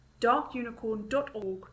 darkunicorn.org